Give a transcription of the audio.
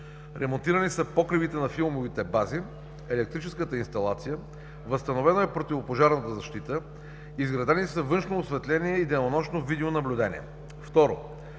ремонтирани са покривите на филмовите бази, електрическата инсталация, възстановена е противопожарната защита, изградени са външно осветление и денонощно видео наблюдение.